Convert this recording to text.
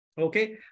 Okay